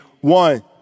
One